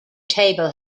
table